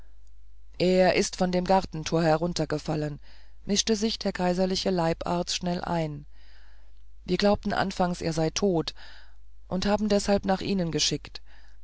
er ist von dem gartentor heruntergefallen mischte sich der kaiserliche leibarzt schnell ein wir glaubten anfangs er sei tot und haben deshalb nach ihnen geschickt